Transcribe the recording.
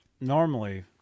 normally